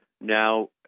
now